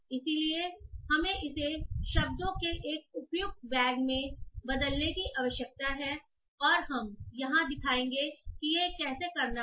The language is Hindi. इसलिए हमें इसे बैग ऑफ वर्ड्स फॉर्मेट में बदलने की आवश्यकता है और हम यहां दिखाएंगे कि यह कैसे करना है